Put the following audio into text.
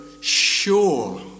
sure